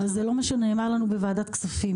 זה לא מה שנאמר לנו בוועדת הכספים.